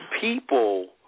people